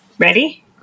Ready